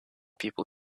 people